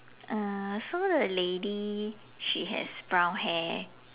uh so the lady she has brown hair